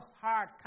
hard